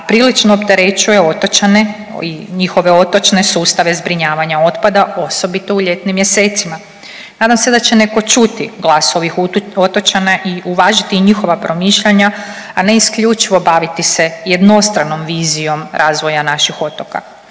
prilično opterećuje otočane i njihove otočne sustave zbrinjavanja otpada osobito u ljetnim mjesecima. Nadam se da će netko čuti glasove otočana i uvažiti i njihova promišljanja, a ne isključivo baviti se jednostranom vizijom razvoja naših otoka.